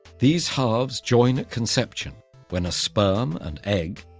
these halves join at conception when a sperm and egg,